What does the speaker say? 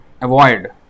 avoid